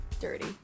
dirty